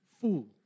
fool